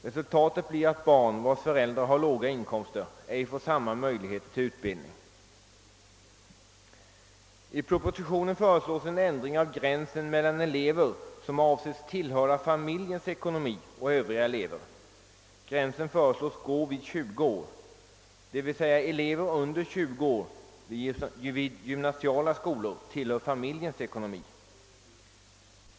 Resultatet blir att barn, vilkas föräldrar har låga inkomster, icke får samma möjligheter till utbildning som andra. I propositionen föreslås en ändring av gränsen mellan elever, som anses tillhöra familjens ekonomi, och övriga elever. Gränsen föreslås gå vid 20 år, så att elever under 20 år vid gymnasiala skolor tillhör familjens ekonomi.